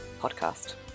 podcast